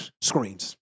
screens